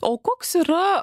o koks yra